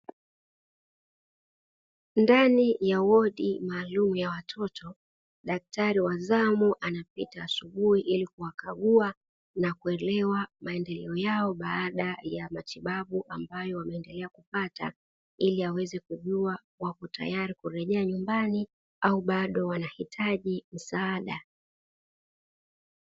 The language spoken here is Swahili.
Ndani ya wodi maalumu ya watoto, daktari wa zamu anapita asubuhi ili kuwakagua na kuelewa maendeleo yao baada ya matibabu ambayo wameendelea kupata, ili aweze kujua wapo tayari kurejea nyumbani au bado wanahitaji msaada.